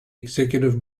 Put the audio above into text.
executive